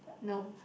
no